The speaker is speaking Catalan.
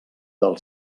del